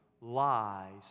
lies